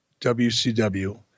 WCW